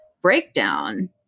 breakdown